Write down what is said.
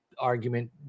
argument